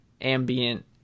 ambient